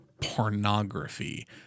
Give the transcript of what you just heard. pornography